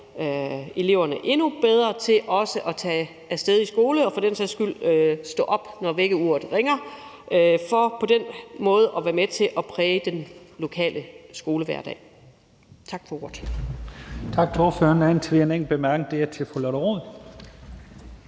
eleverne endnu mere til også at tage af sted i skole og for den sags skyld stå op, når vækkeuret ringer, for på den måde at være med til at præge den lokale skolehverdag.